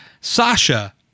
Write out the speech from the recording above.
Sasha